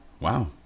Wow